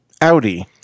Audi